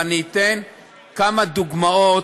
ואני אתן כמה דוגמאות,